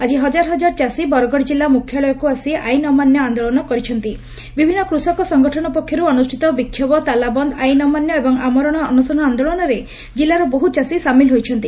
ଆଜି ହଜାର ହଜାର ଚାଷୀ ବରଗଡ଼ ଜିଲ୍ଲା ମୁଖ୍ୟାଳୟକୁ ଆସି ଆଇନ ଅମାନ୍ୟ ଆଦୋଳନ କରିଛନ୍ତି ବିଭିନ୍ କୃଷକ ସଙ୍ଗଠନ ପକ୍ଷରୁ ଅନୁଷ୍ଠିତ ବିକ୍ଷୋଭ ତାଲାବନ୍ଦ ଆଇନ ଅମାନ୍ୟ ଏବଂ ଆମରଣ ଅନଶନ ଆନ୍ଦୋଳନରେ ଜିଲ୍ଲାର ବହୁ ଚାଷୀ ସାମିଲ ହୋଇଛନ୍ତି